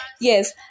Yes